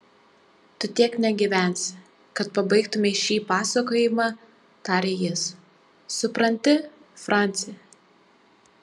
tu tiek negyvensi kad pabaigtumei šį pasakojimą tarė jis supranti franci